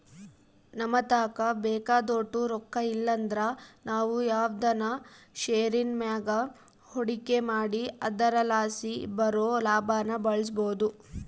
ನಮತಾಕ ಬೇಕಾದೋಟು ರೊಕ್ಕ ಇಲ್ಲಂದ್ರ ನಾವು ಯಾವ್ದನ ಷೇರಿನ್ ಮ್ಯಾಗ ಹೂಡಿಕೆ ಮಾಡಿ ಅದರಲಾಸಿ ಬರೋ ಲಾಭಾನ ಬಳಸ್ಬೋದು